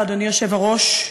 אדוני היושב-ראש,